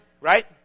right